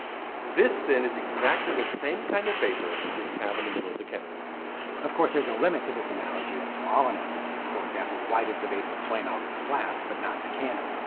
this, then, is exactly the same kind of vapor as we have in the middle of the candle. don of course, there is a limit to this analogy as to all analogies. for example, why does the vapor flame out in the flask but not in the candle.